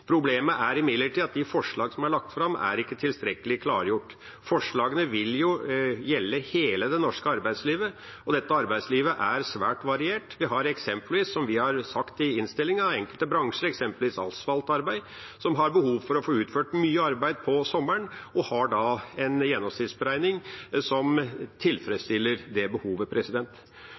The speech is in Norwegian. Problemet er imidlertid at de forslag som er lagt fram, ikke er tilstrekkelig klargjort. Forslagene vil gjelde hele det norske arbeidslivet, og dette arbeidslivet er svært variert. Vi har eksempler, som vi har sagt i innstillinga, på enkelte bransjer, f.eks. asfaltarbeid, som har behov for å få utført mye arbeid på sommeren, og de har en gjennomsnittsberegning som tilfredsstiller det behovet.